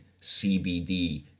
CBD